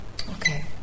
Okay